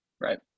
right